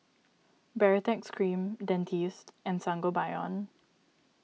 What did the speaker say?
Baritex Cream Dentiste and Sangobion